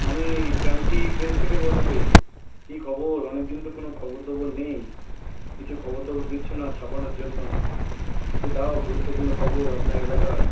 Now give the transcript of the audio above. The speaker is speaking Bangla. আমি ক্রান্তি প্রেস থেকে বলছি কী খবর অনেকদিন তো কোনও খবর টবর নেই কিছু খবর টবর দিচ্ছ না ছাপানোর জন্য কিছু দাও গুরুত্বপূর্ণ খবর আপনার এলাকার